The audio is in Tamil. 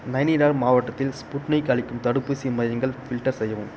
நைனிடால் மாவட்டத்தில் ஸ்புட்னிக் அளிக்கும் தடுப்பூசி மையங்கள் ஃபில்டர் செய்யவும்